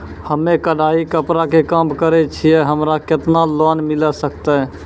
हम्मे कढ़ाई कपड़ा के काम करे छियै, हमरा केतना लोन मिले सकते?